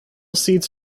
seats